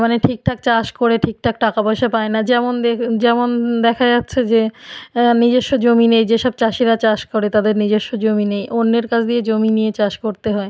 মানে ঠিকঠাক চাষ করে ঠিকঠাক টাকা পয়সা পায় না যেমন দেখে যেমন দেখা যাচ্ছে যে নিজেস্ব জমি নেই যেসব চাষিরা চাষ করে তাদের নিজেস্ব জমি নেই অন্যের কাছ দিয়ে জমি নিয়ে চাষ করতে হয়